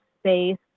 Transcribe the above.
space